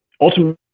ultimately